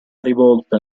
rivolta